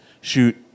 shoot